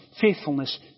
faithfulness